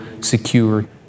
secure